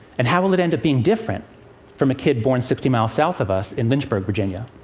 and how will it end up being different from a kid born sixty miles south of us, in lynchburg, virginia?